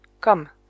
come